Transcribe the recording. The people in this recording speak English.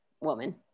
woman